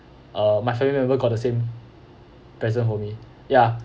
uh my family member got the same present for me ya